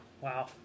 Wow